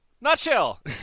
Nutshell